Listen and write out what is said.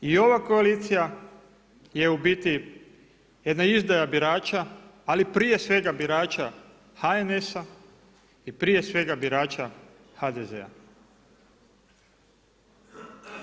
I ova koalicija je u biti jedna izdaja birača, ali prije svega birača HNS-a i prije svega birača HDZ-a.